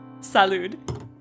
Salud